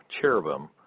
cherubim